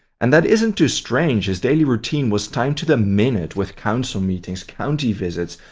and that isn't too strange, his daily routine was timed to the minute with council meetings, county visits,